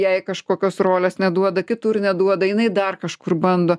jai kažkokios rolės neduoda kitur neduoda jinai dar kažkur bando